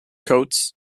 coates